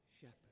shepherd